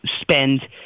spend